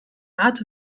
art